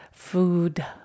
Food